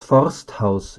forsthaus